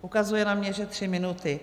Ukazuje na mě, že tři minuty.